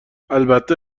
البته